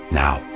now